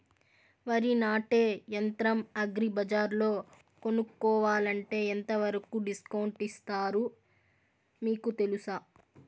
వరి నాటే యంత్రం అగ్రి బజార్లో కొనుక్కోవాలంటే ఎంతవరకు డిస్కౌంట్ ఇస్తారు మీకు తెలుసా?